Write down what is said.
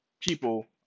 people